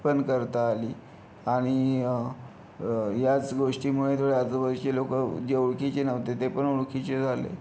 पण करता आली आणि ह्याच गोष्टीमुळे थोडे आजूबाजूचे लोकं जे ओळखीचे नव्हते ते पण ओळखीचे झाले